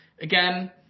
again